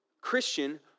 Christian